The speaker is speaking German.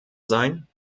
sein